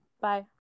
Bye